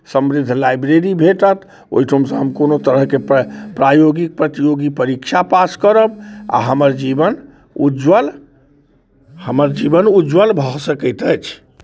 समृद्ध लाइब्रेरी भेटत ओहिठुनसँ हम कोनो तरहके प्रायोगिक प्रतियोगी परीक्षा पास करब आ हमर जीवन उज्ज्वल हमर जीवन उज्ज्वल भऽ सकैत अछि